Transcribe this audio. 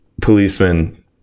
policeman